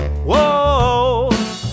whoa